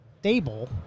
stable